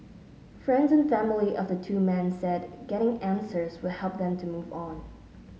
friends and family of the two men said getting answers will help them to move on